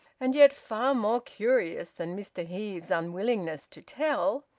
and yet far more curious than mr heve's unwillingness to tell,